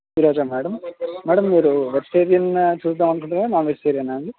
ఈ రోజా madam madam మీరు వెజిటేరియన్ చూదాం అనుకుంటున్నారా నాన్ వెజిటేరియనా అండి